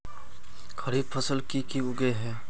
खरीफ फसल की की उगैहे?